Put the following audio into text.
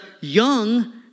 young